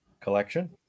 collection